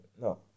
no